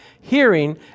hearing